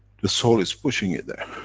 the soul is pushing it there.